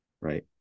Right